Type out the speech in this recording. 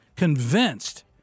Convinced